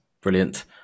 brilliant